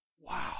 Wow